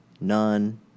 None